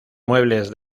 muebles